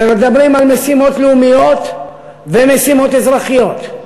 ומדברים על משימות לאומיות ומשימות אזרחיות.